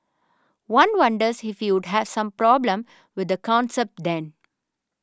one wonders if he would have a problem with the concept then